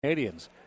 Canadians